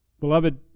beloved